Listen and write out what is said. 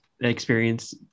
experience